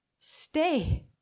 Stay